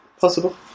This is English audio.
Possible